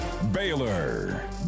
Baylor